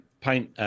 paint